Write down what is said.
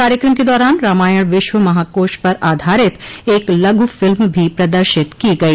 कार्यक्रम के दौरान रामायण विश्व महाकोश पर आधारित एक लघु फिल्म भी प्रदर्शित की गई